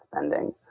spending